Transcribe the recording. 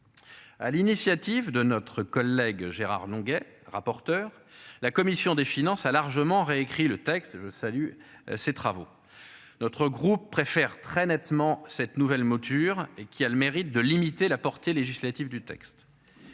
À l'initiative de notre collègue Gérard longuet rapporteur. La commission des finances a largement réécrit le texte je salue ces travaux. Notre groupe préfèrent très nettement cette nouvelle mouture et qui a le mérite de limiter la portée législative du texte.